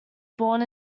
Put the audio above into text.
born